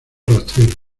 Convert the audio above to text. rastrero